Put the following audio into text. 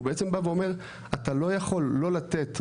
בעצם בא ואומר אתא לא יכל לא לתת ריבית,